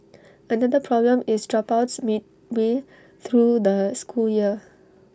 another problem is dropouts midway through the school year